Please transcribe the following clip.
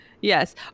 Yes